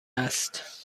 است